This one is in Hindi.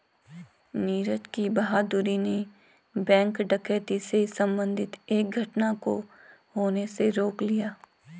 नीरज की बहादूरी ने बैंक डकैती से संबंधित एक घटना को होने से रोक लिया